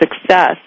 success